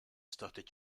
started